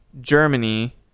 Germany